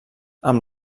amb